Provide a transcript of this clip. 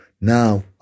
now